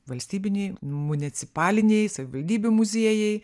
valstybiniai municipaliniai savivaldybių muziejai